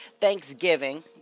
Thanksgiving